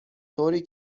طوری